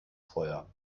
feuer